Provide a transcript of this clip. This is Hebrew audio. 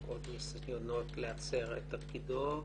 עוד ניסיונות להצר את תפקידו.